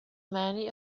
many